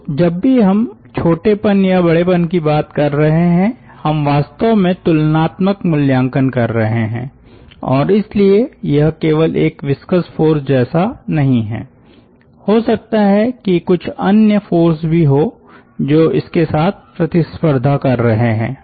तो जब भी हम छोटेपन या बड़ेपन की बात कर रहे हैं हम वास्तव में तुलनात्मक मूल्यांकन कर रहे हैं और इसलिए यह केवल एक विस्कस फ़ोर्स जैसा नहीं है हो सकता है कि कुछ अन्य फ़ोर्स भी हो जो इसके साथ प्रतिस्पर्धा कर रहे है